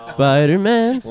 Spider-Man